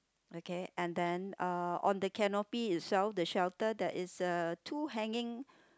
okay and then uh on the canopy itself the shelter there is uh two hanging